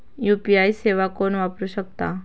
UPI सेवा कोण वापरू शकता?